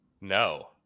No